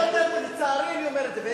הרבה יותר, לצערי אני אומר את זה.